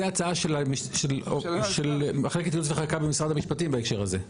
זו ההצעה של מחלקת ייעוץ וחקיקה במשרד המשפטים בהקשר הזה.